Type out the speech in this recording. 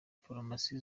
farumasi